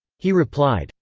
he replied,